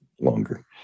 longer